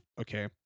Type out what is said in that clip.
Okay